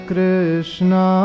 Krishna